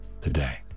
today